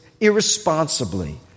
irresponsibly